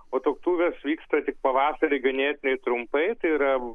o tuoktuvės vyksta tik pavasarį ganėtinai trumpai tai yra